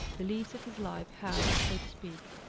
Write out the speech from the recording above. the leaves of his life had, so to speak,